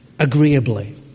agreeably